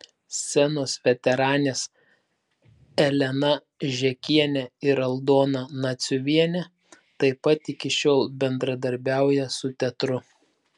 scenos veteranės elena žekienė ir aldona naciuvienė taip pat iki šiol bendradarbiauja su teatru